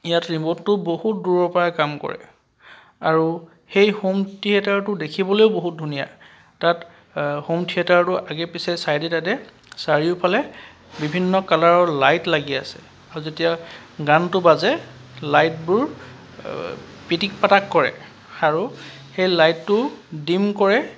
ইয়াত ৰিমটটো বহুত দূৰৰপৰাই কাম কৰে আৰু সেই হোম থিয়েটাৰটো দেখিবলৈয়ো বহুত ধুনীয়া তাত হোম থিয়েটাৰৰ আগে পিছে ছাইডে টাইডে চাৰিওফালে বিভিন্ন কালাৰৰ লাইট লাগি আছে আৰু যেতিয়া গানটো বাজে লাইটবোৰ পিটিক পাটাক কৰে আৰু সেই লাইটটো ডিম কৰে